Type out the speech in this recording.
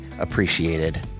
appreciated